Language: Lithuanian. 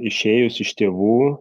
išėjus iš tėvų